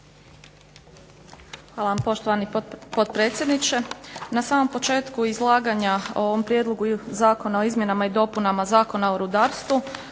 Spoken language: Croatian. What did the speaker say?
Hvala vam poštovani potpredsjedniče. Na samom početku izlaganja o ovom Prijedlogu zakona o izmjenama i dopunama Zakona o rudarstvu